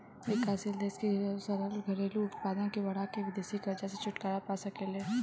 विकासशील देश सकल घरेलू उत्पाद के बढ़ा के विदेशी कर्जा से छुटकारा पा सके ले